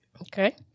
Okay